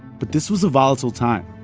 but this was a volatile time.